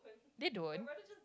they don't